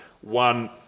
one